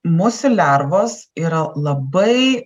musių lervos yra labai